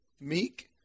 meek